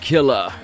Killer